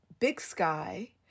BigSky